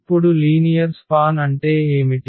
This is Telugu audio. ఇప్పుడు లీనియర్ స్పాన్ అంటే ఏమిటి